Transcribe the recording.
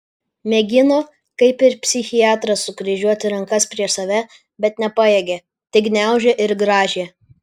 mėgino kaip ir psichiatras sukryžiuoti rankas prieš save bet nepajėgė tik gniaužė ir grąžė